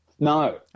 No